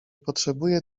potrzebuję